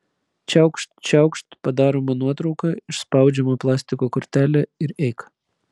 čiaukšt čiaukšt padaroma nuotrauka išspaudžiama plastiko kortelė ir eik